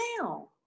now